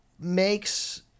makes